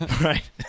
Right